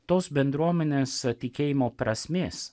tos bendruomenės tikėjimo prasmės